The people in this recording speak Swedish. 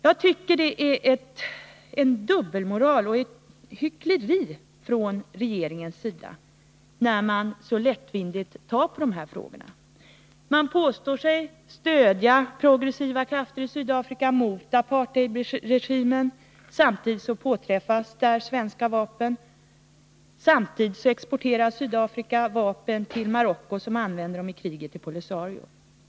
Jag tycker det är dubbelmoral och hyckleri från regeringens sida när man tar så lättvindigt på de här frågorna. Man påstår sig stödja progressiva krafter i Sydafrika mot apartheidregimen. Samtidigt påträffas svenska vapen där. Samtidigt exporterar Sydafrika vapen till Marocko, som använder dem i kriget mot Polisario.